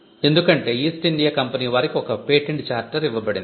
ఎందుకంటే east India company వారికి ఒక పేటెంట్ చార్టర్ ఇవ్వబడింది